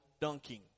dunking